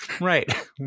right